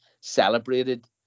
celebrated